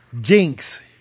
Jinx